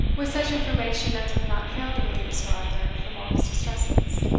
with such information as would not fail to relieve sir arthur from all his distresses.